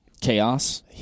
Chaos